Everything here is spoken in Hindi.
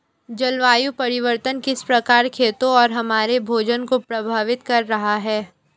जलवायु परिवर्तन किस प्रकार खेतों और हमारे भोजन को प्रभावित कर रहा है?